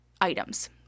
items